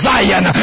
Zion